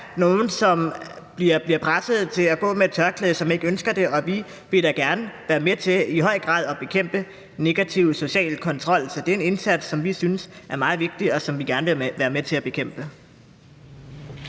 nogle, som bliver presset til at gå med et tørklæde, selv om de ikke ønsker det, og vi vil da gerne være med til i høj grad at bekæmpe negativ social kontrol. Så det er en indsats, som vi synes er meget vigtig, og det vil vi gerne være med til at bekæmpe.